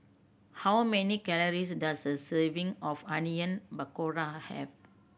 how many calories does a serving of Onion Pakora have